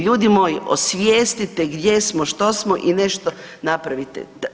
Ljudi moji, osvijestite gdje smo, što smo i nešto napravite.